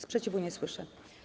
Sprzeciwu nie słyszę.